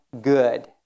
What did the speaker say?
good